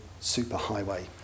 superhighway